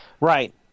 Right